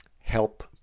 help